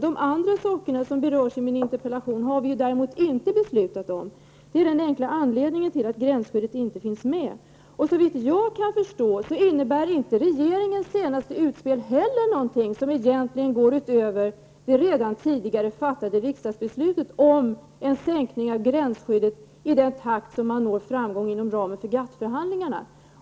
De andra frågor som jag tar upp i interpellationen har vi däremot inte fattat något beslut om. Det är den enkla anledningen till att frågan om gränsskyddet inte finns med i interpellationen. Såvitt jag kan förstå innehåller inte regeringens senaste utspel heller någonting som går utöver det tidigare fattade riksdagsbeslutet om en sänkning av gränsskyddet i den takt som man når framgångar inom ramen för GATT förhandlingarna.